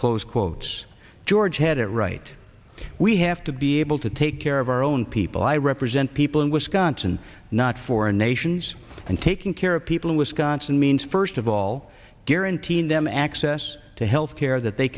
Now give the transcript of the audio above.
close quotes george had it right we have to be able to take care of our own people i represent people in wisconsin not foreign nations and taking care of people in wisconsin means first of all guaranteeing them access to health care that they